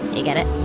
you get it?